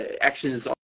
actions